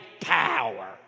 power